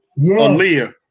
Aaliyah